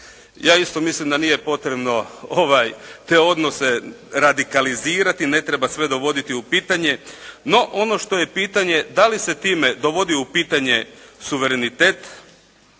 Ja isto mislim da nije potrebno te odnose radikalizirati, ne treba sve dovoditi u pitanje. No ono što je pitanje da li se time dovodi u pitanje suverenitet,